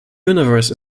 universe